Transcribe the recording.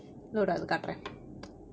load ஆவுது காட்டுறேன்:aavuthu kaatturaen